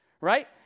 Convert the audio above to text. Right